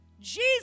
Jesus